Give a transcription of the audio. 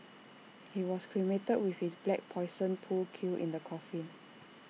he was cremated with his black Poison pool cue in the coffin